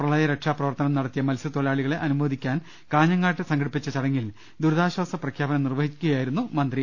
പ്രളയരക്ഷാ പ്രവർത്തനം നടത്തിയ മത്സ്യത്തൊഴിലാളികളെ അനുമോദിക്കാൻ കാഞ്ഞ ങ്ങാട്ട് സംഘടിപ്പിച്ച ചടങ്ങിൽ ദുരിതാശ്ചാസ പ്രഖ്യാപനം നിർവ്വ ഹിക്കുകയായിരുന്നു മന്ത്രി